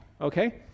okay